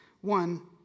One